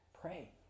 pray